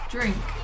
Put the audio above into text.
Drink